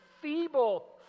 feeble